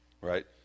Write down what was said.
right